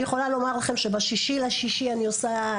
אני יכולה לומר לכם שב- 6/6 אני עושה,